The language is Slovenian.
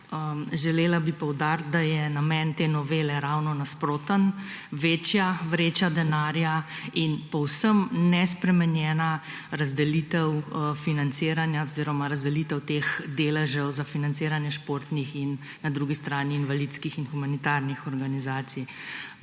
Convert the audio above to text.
Želela bi poudariti, da je namen te novele ravno nasproten – večja vreča denarja in povsem nespremenjena razdelitev financiranja oziroma razdelitev teh deležev za financiranje športnih in na drugi strani invalidskih in humanitarnih organizacij.